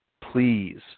Please